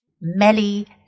Melly